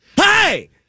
Hey